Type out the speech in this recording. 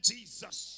Jesus